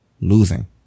losing